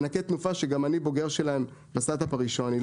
מענקי תנופה שגם אני בוגר שלהם בסטארט-אפ הראשון.